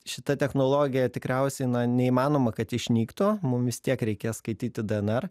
šita technologija tikriausiai neįmanoma kad išnyktų mum vis tiek reikės skaityti dnr